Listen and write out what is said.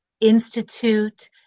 Institute